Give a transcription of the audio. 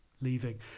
leaving